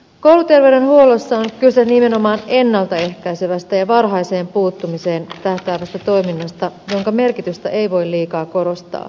kouluterveydenhuollossa on kyse nimenomaan ennalta ehkäisevästä ja varhaiseen puuttumiseen tähtäävästä toiminnasta jonka merkitystä ei voi liikaa korostaa